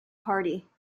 party